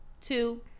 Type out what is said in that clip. two